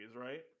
right